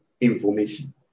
information